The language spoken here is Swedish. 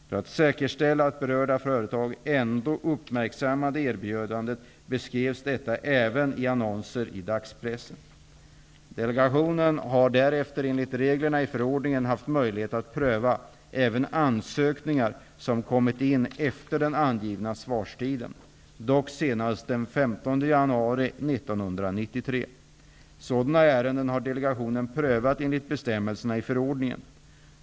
För att säkerställa att berörda företag ändå uppmärksammade erbjudandet beskrevs detta även i annonser i dagspressen. Delegationen har därefter enligt reglerna i förordningen haft möjlighet att pröva även ansökningar som kommit in efter den angivna svarstiden, dock senast den 15 januari 1993. Sådana ärenden har delegationen prövat enligt bestämmelserna i förordningen.